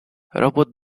robot